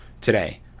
today